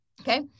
Okay